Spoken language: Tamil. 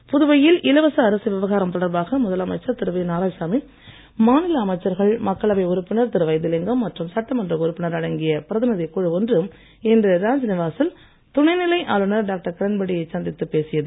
சந்திப்பு புதுவையில் இலவச அரிசி விவகாரம் தொடர்பாக முதலமைச்சர் திரு வி நாராயணசாமி மாநில அமைச்சர்கள் மக்களவை உறுப்பினர் திரு வைத்திலிங்கம் மற்றும் சட்டமன்ற உறுப்பினர் அடங்கிய பிரதிநிதிக் குழு ஒன்று இன்று ராஜ்நிவாசில் துணை நிலை ஆளுநர் டாக்டர் கிரண்பேடியை சந்தித்துப் பேசியது